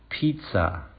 pizza